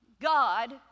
God